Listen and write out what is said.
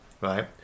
right